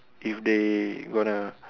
if they gonna